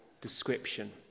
description